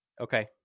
Okay